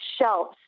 shelves